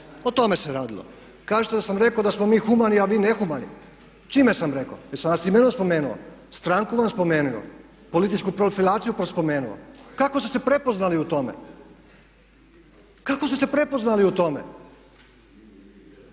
O tome se radilo. Kažete da sam rekao da smo mi humani, a vi nehumani. Čime sam rekao? Jesam vas imenom spomenuo, stranku vam spomenuo? Kako ste se prepoznali u tome? Ja mislim